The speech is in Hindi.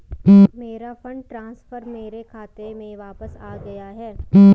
मेरा फंड ट्रांसफर मेरे खाते में वापस आ गया है